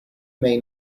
may